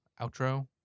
outro